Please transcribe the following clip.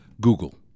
Google